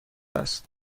است